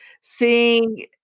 seeing